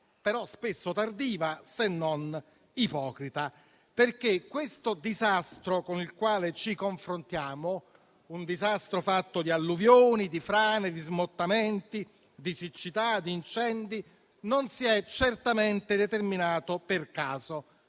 che spesso è tardiva, se non ipocrita. Questo disastro con il quale ci confrontiamo, fatto di alluvioni, frane, smottamenti, siccità e incendi, non si è certamente determinato per caso.